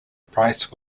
price